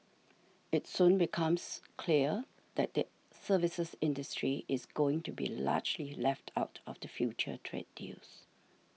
it soon becomes clear that the services industry is going to be largely left out of the future trade deals